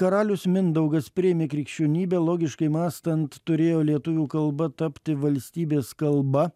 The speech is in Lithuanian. karalius mindaugas priėmė krikščionybę logiškai mąstant turėjo lietuvių kalba tapti valstybės kalba